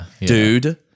dude